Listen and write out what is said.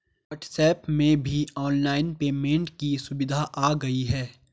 WhatsApp में भी online payment की सुविधा आ गई है